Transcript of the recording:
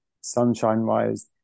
sunshine-wise